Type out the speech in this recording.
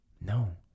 No